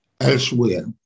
elsewhere